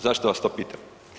Zašto vas to pitam?